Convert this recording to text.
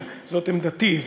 זאת עמדתי,